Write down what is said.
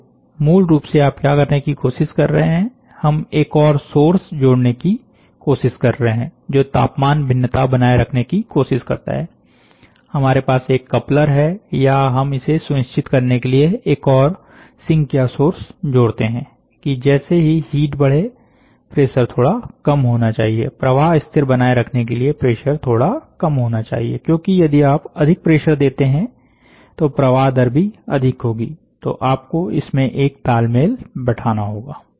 तो मूल रूप से आप क्या करने की कोशिश कर रहे हैं हम एक और सोर्स जोड़ने की कोशिश कर रहे हैं जो तापमान भिन्नता बनाए रखने की कोशिश करता है हमारे पास एक कपलर है या हम इसे सुनिश्चित करने के लिए एक और सिंक या सोर्स जोड़ते हैं की जैसे ही हीट बढे प्रेशर थोड़ा कम होना चाहिए प्रवाह स्थिर बनाए रखने के लिए प्रेशर थोड़ा कम होना चाहिए क्योंकि यदि आप अधिक प्रेशर देते हैं तो प्रवाह दर भी अधिक होगी तो आपको इसमें एक तालमेल बिठाना होगा